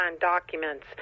documents